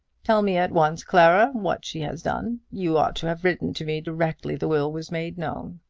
tell me at once, clara, what she has done. you ought to have written to me directly the will was made known.